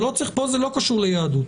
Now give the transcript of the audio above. כאן זה לא קשור ליהדות.